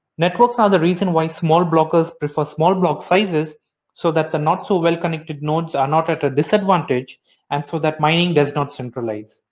networks are the reason why small blockers prefer small block sizes so that the not so well-connected nodes are not at a disadvantage and so that mining does not centralize.